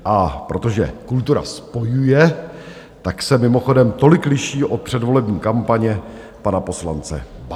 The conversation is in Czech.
A protože kultura spojuje, tak se mimochodem tolik liší od předvolební kampaně pana poslance Babiše.